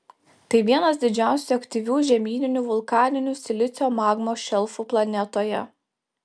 tai vienas didžiausių aktyvių žemyninių vulkaninių silicio magmos šelfų planetoje